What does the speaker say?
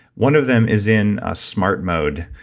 one of them is in ah smart mode,